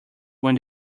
when